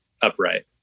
upright